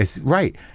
Right